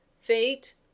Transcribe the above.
Fate